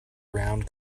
round